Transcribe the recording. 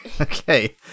Okay